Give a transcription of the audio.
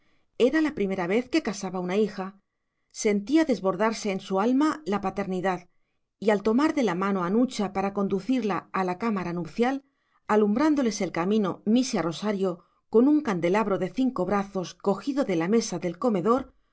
era la primera vez que casaba una hija sentía desbordarse en su alma la paternidad y al tomar de la mano a nucha para conducirla a la cámara nupcial alumbrándoles el camino misia rosario con un candelabro de cinco brazos cogido de la mesa del comedor